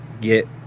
get